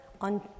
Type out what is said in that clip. on